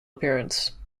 appearance